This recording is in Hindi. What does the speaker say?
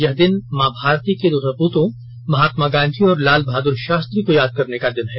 यह दिन मां भारती के दो सप्तों महात्मा गांधी और लाल बहादुर शास्त्री को याद करने का दिन है